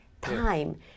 time